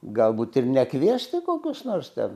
galbūt ir nekviesti kokius nors ten